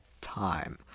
time